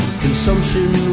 consumption